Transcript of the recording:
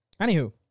Anywho